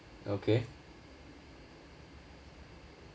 okay